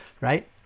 Right